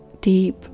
deep